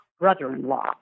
brother-in-law